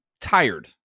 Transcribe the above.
tired